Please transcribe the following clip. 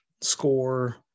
score